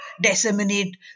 disseminate